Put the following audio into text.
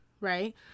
right